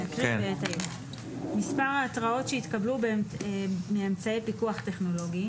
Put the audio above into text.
מספר ההתראות שהתקבלו אמצעי פיקוח טכנולוגי,